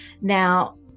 Now